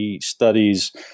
studies